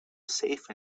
safe